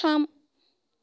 थाम